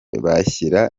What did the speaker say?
bashyira